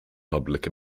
public